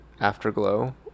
Afterglow